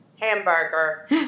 hamburger